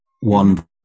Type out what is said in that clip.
one